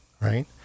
right